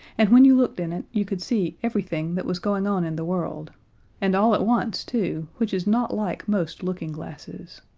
and when you looked in it you could see everything that was going on in the world and all at once, too, which is not like most looking glasses.